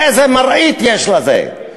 איזו מראית יש לזה?